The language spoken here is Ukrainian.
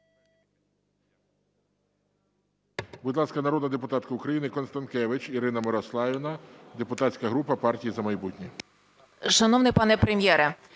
Будь ласка, народна депутатка України Констанкевич Ірина Мирославівна, депутатська група "Партія "За майбутнє".